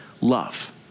love